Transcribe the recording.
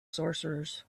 sorcerers